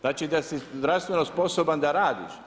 Znači da si zdravstveno sposoban da radiš.